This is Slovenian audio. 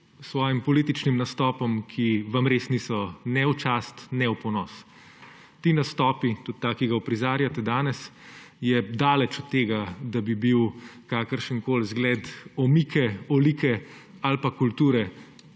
svojim političnim nastopom, ki vam res niso ne v čast ne v ponos. Ti nastopi, tudi ta, ki ga uprizarjate danes, so daleč od tega, da bi bili kakršenkoli zgled omike, olike ali pa kulture,